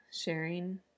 sharing